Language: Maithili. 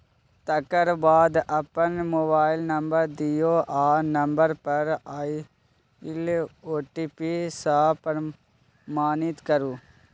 तकर बाद अपन मोबाइल नंबर दियौ आ नंबर पर आएल ओ.टी.पी सँ प्रमाणित करु